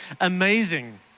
amazing